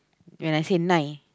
when I say nine